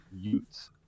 Utes